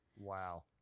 Wow